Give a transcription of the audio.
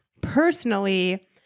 personally